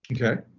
okay